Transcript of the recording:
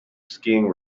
skiing